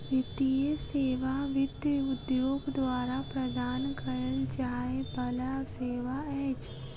वित्तीय सेवा वित्त उद्योग द्वारा प्रदान कयल जाय बला सेवा अछि